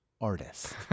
artist